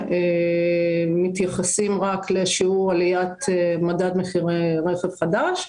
לכן השנה אנחנו מתייחסים רק לשיעור עליית מדד מחירי רכב חדש.